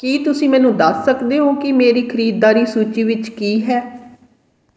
ਕੀ ਤੁਸੀਂ ਮੈਨੂੰ ਦੱਸ ਸਕਦੇ ਹੋ ਕਿ ਮੇਰੀ ਖਰੀਦਦਾਰੀ ਸੂਚੀ ਵਿੱਚ ਕੀ ਹੈ